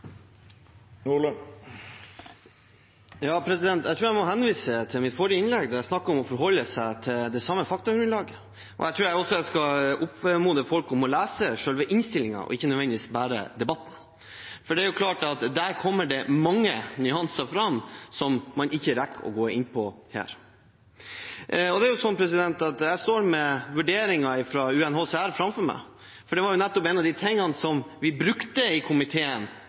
Jeg tror jeg må henvise til mitt forrige innlegg, der jeg snakket om å forholde seg til det samme faktagrunnlaget. Jeg tror også jeg skal oppfordre folk til å lese selve innstillingen, og ikke nødvendigvis bare forholde seg til debatten, for der framkommer det mange nyanser som man ikke rekker å gå inn på her. Jeg står med vurderingen fra UNHCR foran meg. Det var en av de tingene som vi brukte i komiteen